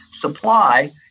supply